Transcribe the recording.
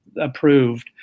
approved